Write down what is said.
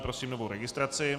Prosím novou registraci.